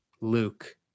Luke